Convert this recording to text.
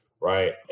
right